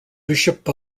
bishop